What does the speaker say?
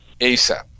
ASAP